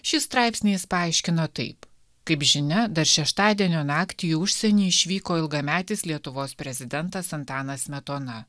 šį straipsnį jis paaiškino taip kaip žinia dar šeštadienio naktį į užsienį išvyko ilgametis lietuvos prezidentas antanas smetona